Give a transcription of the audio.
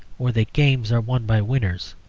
or that games are won by winners.